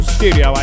Studio